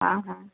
हाँ हाँ